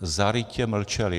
Zarytě mlčeli.